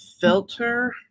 filter